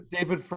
David